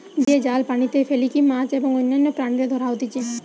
যে জাল পানিতে ফেলিকি মাছ এবং অন্যান্য প্রাণীদের ধরা হতিছে